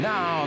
Now